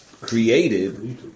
created